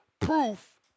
proof